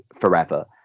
forever